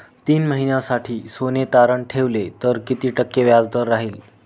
तीन महिन्यासाठी सोने तारण ठेवले तर किती टक्के व्याजदर राहिल?